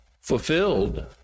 fulfilled